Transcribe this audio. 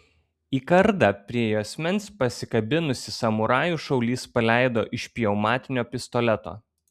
į kardą prie juosmens pasikabinusį samurajų šaulys paleido iš pneumatinio pistoleto